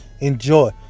Enjoy